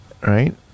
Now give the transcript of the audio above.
right